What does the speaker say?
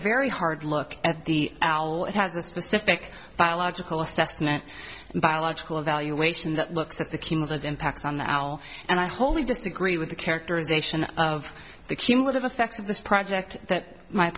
very hard look at the whole it has a specific biological assessment and biological evaluation that looks at the cumulative impacts on now and i wholly disagree with the characterization of the cumulative effects of this project that my